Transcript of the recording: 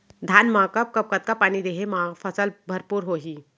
धान मा कब कब कतका पानी देहे मा फसल भरपूर होही?